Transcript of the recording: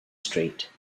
street